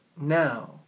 now